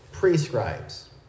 prescribes